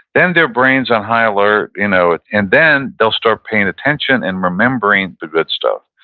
then their brain is on high alert, you know and then they'll start paying attention and remembering the good stuff.